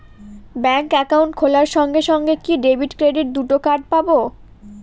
Bank account খোলার সঙ্গে সঙ্গে কি ডেবিট ক্রেডিট দুটো কার্ড পাবো?